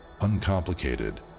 uncomplicated